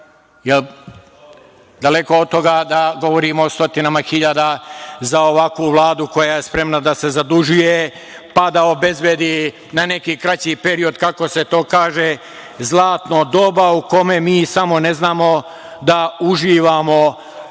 milioni. Daleko od toga da govorimo o stotinama hiljada za ovakvu Vladu koja je spremna da se zadužuje, pa da obezbedi na neki kraći period, kako se to kaže zlatno doba u kome mi samo ne znamo da uživamo,